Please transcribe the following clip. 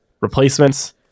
replacements